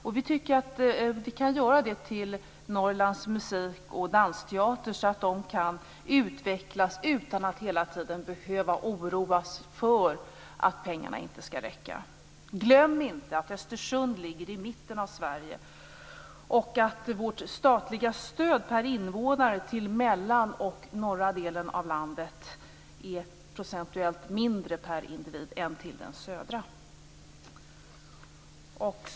Ett sådant uppdrag kan ges till Norrlands Musik och Dansteater, så att man kan utvecklas utan att hela tiden behöva oroas för att pengarna inte skall räcka. Glöm inte att Östersund ligger i mitten av Sverige och att vårt statliga stöd per invånare till den mittersta och norra delen av landet är procentuellt mindre per individ än stödet till den södra delen.